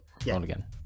again